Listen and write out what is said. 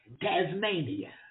Tasmania